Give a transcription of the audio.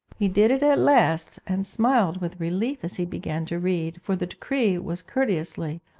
he did it at last, and smiled with relief as he began to read for the decree was courteously,